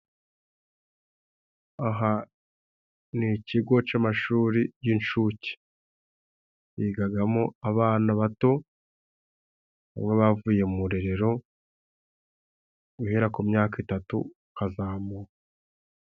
Aha ni icigo c'amashuri y'incuke. Yigagamo abana bato baba bavuye mu rerero guhera ku myaka itatu ukazamuka.